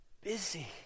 Busy